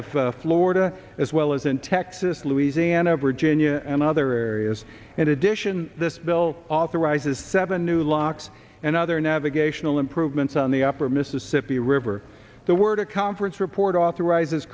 of florida as well as in texas louisiana virginia and other areas in addition this bill authorizes seven new locks and other navigational improvements on the upper mississippi river the word a conference report authorizes